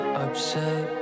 upset